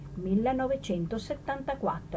1974